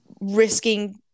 risking